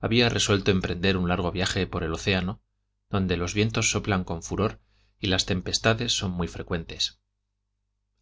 había resuelto emprender un largo viaje por el océano donde los vientos soplan con furor y las tempestades son muy frecuentes